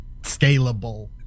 scalable